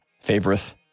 favorite